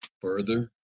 further